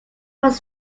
was